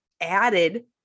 added